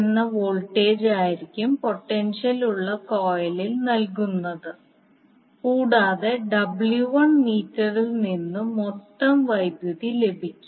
എന്ന വോൾട്ടേജായിരിക്കും പൊട്ടൻഷ്യൽ ഉള്ള കോയിൽ നൽകുന്നത് കൂടാതെ W1 മീറ്ററിൽ നിന്ന് മൊത്തം വൈദ്യുതി ലഭിക്കും